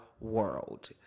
world